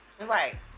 Right